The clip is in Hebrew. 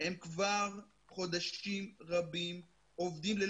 לא כול המרכיבים עובדים.